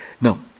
Now